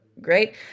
great